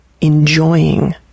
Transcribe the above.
enjoying